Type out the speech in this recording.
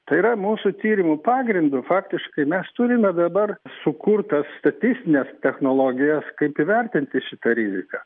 tai yra mūsų tyrimų pagrindu faktiškai mes turime dabar sukurtą statistinės technologijos kaip įvertinti šitą riziką